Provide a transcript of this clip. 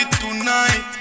tonight